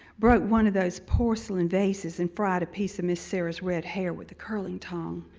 broke one of those porcelain vases, and fried a piece of miss sarah's red hair with a curling tong.